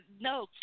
No